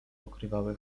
pokrywały